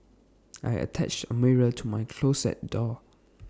I attached A mirror to my closet door